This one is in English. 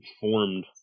formed